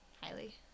Highly